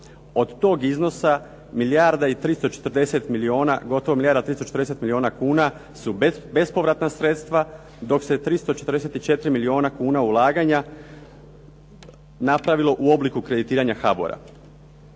Od toga iznosa milijarda i 340 milijuna, …/Govornik se ne razumije./…340 milijuna kuna su bespovratna sredstva dok se 344 milijuna kuna ulaganja napravilo u obliku kreditiranja HABOR-a.